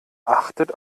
achtet